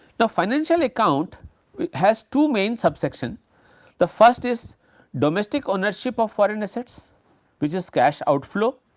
now, financial account has two main subsection the first is domestic ownership of foreign assets which is cash outflow.